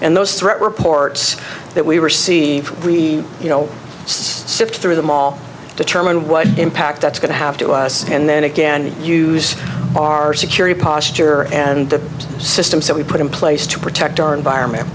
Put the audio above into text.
and those threat reports that we were see we you know sift through the mall determine what impact that's going to have to us and then again we used our security posture and the systems that we put in place to protect our environment